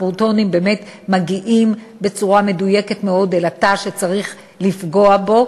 הפרוטונים באמת מגיעים בצורה מדויקת מאוד אל התא שצריך לפגוע בו,